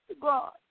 God